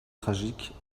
tragique